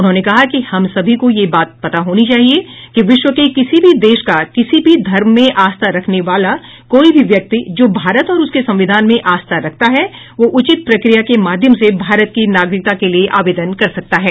उन्होंने कहा कि हम सभी को यह बात पता होनी चाहिए कि विश्व के किसी भी देश का किसी भी धर्म में आस्था रखने वाला कोई भी व्यक्ति जो भारत और उसके संविधान में आस्था रखता है वह उचित प्रक्रिया के माध्यम से भारत की नागरिकता के लिए आवेदन कर सकता है